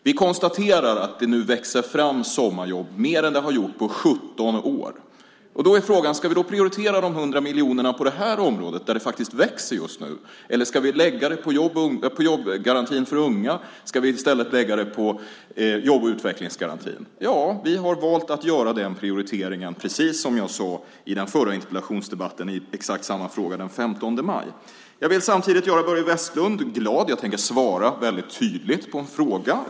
Vi konstaterar att det nu växer fram fler sommarjobb än det har gjort på 17 år. Då är frågan om vi ska använda dessa 100 miljoner på det här området, där det faktiskt växer just nu, eller om vi ska lägga dem på jobbgarantin för unga eller jobb och utvecklingsgarantin. Vi har valt att göra den prioriteringen, precis som jag sade i den förra interpellationsdebatten i exakt samma fråga den 15 maj. Jag vill samtidigt göra Börje Vestlund glad. Jag tänker svara väldigt tydligt på en fråga.